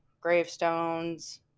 gravestones